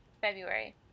february